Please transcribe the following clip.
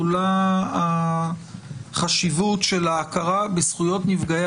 עולה החשיבות של ההכרה בזכויות נפגעי